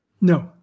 No